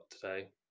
today